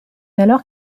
alors